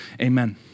Amen